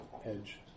edge